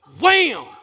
Wham